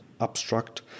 abstract